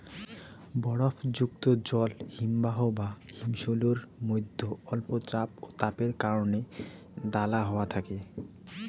বরফযুক্ত জল হিমবাহ বা হিমশৈলের মইধ্যে অল্প চাপ ও তাপের কারণে দালা হয়া থাকে